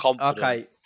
Okay